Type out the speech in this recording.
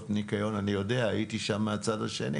ניקיון אני יודע כי הייתי שם מהצד השני